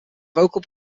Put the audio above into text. vocal